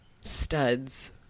Studs